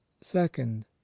second